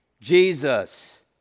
Jesus